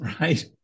right